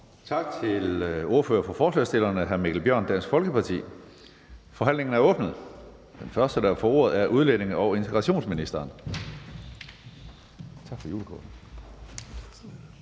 Tak til ordføreren for forslagsstillerne, hr. Mikkel Bjørn, Dansk Folkeparti. Forhandlingen er åbnet. Den første, der får ordet, er udlændinge- og integrationsministeren. Kl.